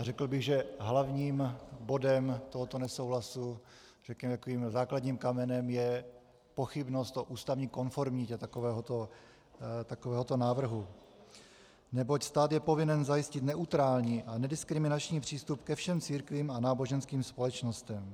Řekl bych, že hlavním bodem tohoto nesouhlasu, základním kamenem je pochybnost o ústavní konformitě takovéhoto návrhu, neboť stát je povinen zajistit neutrální a nediskriminační přístup ke všem církvím a náboženským společnostem.